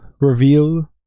Reveal